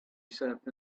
served